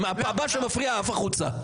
מעכשיו אני זורק החוצה.